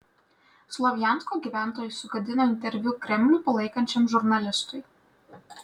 slovjansko gyventojai sugadino interviu kremlių palaikančiam žurnalistui